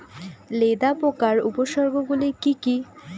লেদা পোকার উপসর্গগুলি কি কি?